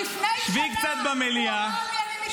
עליזה, לפני שנה הוא אמר לי: